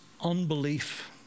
unbelief